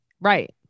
Right